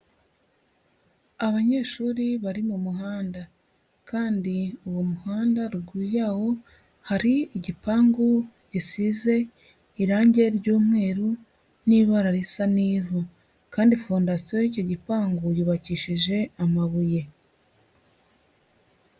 Abanyeshuri bari mu muhanda kandi uwo muhanda ruguru yawo hari igipangu gisize irange ry'umweru n'ibara risa n'ivu kandi fondasiyo y'icyo gipangu yubakishije amabuye.